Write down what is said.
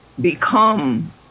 become